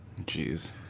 Jeez